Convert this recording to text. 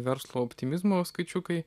verslo optimizmo skaičiukai